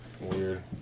Weird